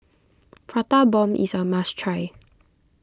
Prata Bomb is a must try